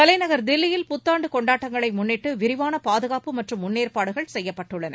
தலைநகர் தில்லியில் புத்தாண்டு கொண்டாட்டங்களை முன்னிட்டு விரிவான பாதுகாப்பு மற்றம் முன்னேற்பாடுகள் செய்ப்பட்டுள்ளன